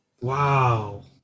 Wow